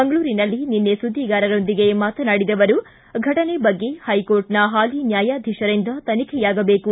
ಮಂಗಳೂರಿನಲ್ಲಿ ನಿನ್ನೆ ಸುದ್ಲಿಗಾರರೊಂದಿಗೆ ಮಾತನಾಡಿದ ಅವರು ಫಟನೆ ಬಗ್ಗೆ ಹೈಕೋರ್ಟ್ನ ಹಾಲಿ ನ್ಯಾಯಾಧೀಶರಿಂದ ತನಿಖೆಯಾಗಬೇಕು